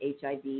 HIV